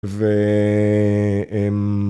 ו...